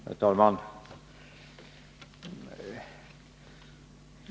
Herr talman!